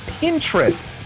Pinterest